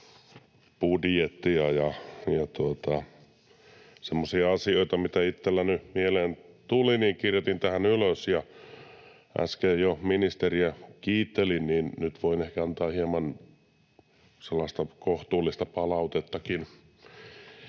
budjettia, ja semmoisia asioita, mitä itselläni nyt mieleen tuli, kirjoitin tähän ylös. Äsken jo ministeriä kiittelin, ja nyt voin ehkä antaa hieman sellaista kohtuullista palautettakin.